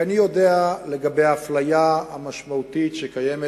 כי אני יודע לגבי האפליה המשמעותית שקיימת